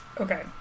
Okay